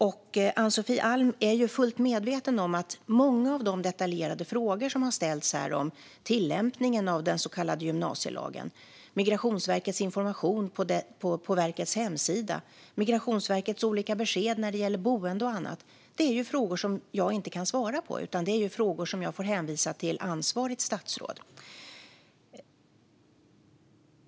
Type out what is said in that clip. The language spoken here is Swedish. Ann-Sofie Alm är fullt medveten om att många av de detaljerade frågor som har ställts här om tillämpningen av den så kallade gymnasielagen, Migrationsverkets information på verkets hemsida, Migrationsverkets olika besked när det gäller boende och annat är frågor som jag inte kan svara på. Det är frågor som jag får hänvisa till ansvarigt statsråd.